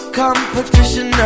competition